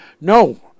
no